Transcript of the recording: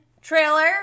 trailer